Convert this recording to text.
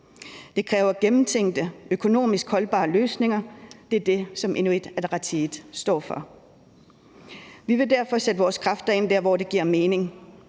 Det kræver gennemtænkte og økonomisk holdbare løsninger. Det er det, som Inuit Ataqatigiit står for. Vi vil derfor sætte vores kræfter ind der, hvor det giver mening.